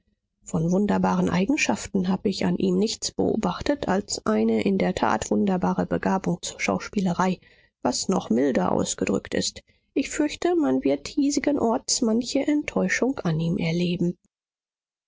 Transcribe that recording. von wunderbaren eigenschaften hab ich an ihm nichts beobachtet als eine in der tat wunderbare begabung zur schauspielerei was noch milde ausgedrückt ist ich fürchte man wird hiesigenorts manche enttäuschung an ihm erleben